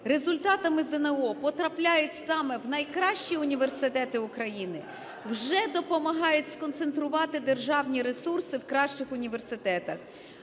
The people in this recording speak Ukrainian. результатами ЗНО потрапляють саме в найкращі університети України, вже допомагає сконцентрувати державні ресурси в кращих університетах.